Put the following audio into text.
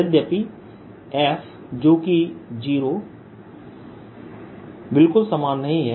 यद्यपि यह f जोकि 0 बिल्कुल समान नहीं है